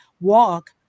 walk